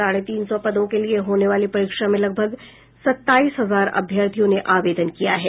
साढ़े तीन सौ पदों के लिये होने वाली परीक्षा में लगभग सत्ताईस हजार अभ्यर्थियों ने आवेदन किया है